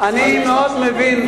אני מאוד מבין.